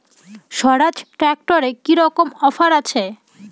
স্বরাজ ট্র্যাক্টরে কি রকম অফার আছে?